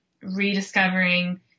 rediscovering